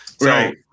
Right